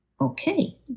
okay